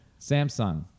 Samsung